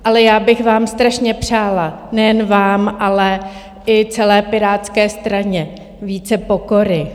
Ale já bych vám strašně přála, nejen vám, ale i celé Pirátské straně, více pokory.